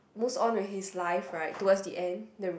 moves on with his life right towards the end the